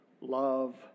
love